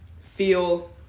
feel